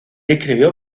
escribió